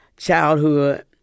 Childhood